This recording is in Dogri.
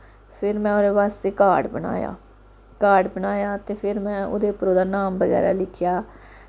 फिर में ओह्दे बास्तै कार्ड बनाया कार्ड बनाया ते फिर में ओह्दे उप्पर ओह्दा नाम बगैरा लिखेआ